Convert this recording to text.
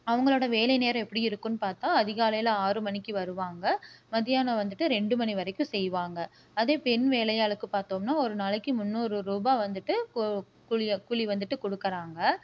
அவங்களோட வேலை நேரம் எப்படி இருக்கும்னு பார்த்தா அதிகாலையில் ஆறு மணிக்கு வருவாங்க மத்தியானம் வந்துட்டு ரெண்டு மணி வரைக்கும் செய்வாங்க அதே பெண் வேலையாளுக்கு பார்த்தோம்னா ஒரு நாளைக்கு முன்னூறு ரூபாய் வந்துட்டு கூ கூலி கூலி வந்துட்டு கொடுக்கறாங்க